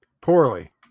Poorly